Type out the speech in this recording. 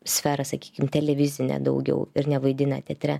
sferą sakykim televizinę daugiau ir nevaidina teatre